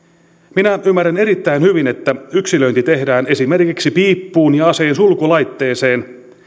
minä ymmärrän erittäin hyvin että yksilöinti tehdään esimerkiksi piippuun ja aseen sulkulaitteeseen